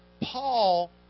Paul